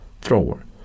thrower